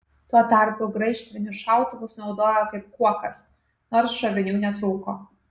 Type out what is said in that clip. tuo tarpu graižtvinius šautuvus naudojo kaip kuokas nors šovinių netrūko